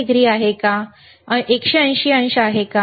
ते 180 अंश आहे का